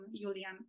Julian